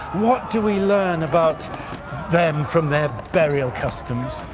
what do we learn about them from their burial customs?